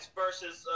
versus